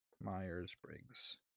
Myers-Briggs